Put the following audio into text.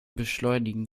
beschleunigen